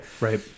Right